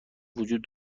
وجود